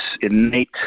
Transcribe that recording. innate